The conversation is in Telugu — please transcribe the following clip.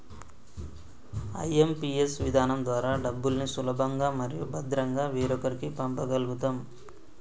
ఐ.ఎం.పీ.ఎస్ విధానం ద్వారా డబ్బుల్ని సులభంగా మరియు భద్రంగా వేరొకరికి పంప గల్గుతం